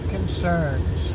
Concerns